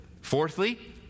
Fourthly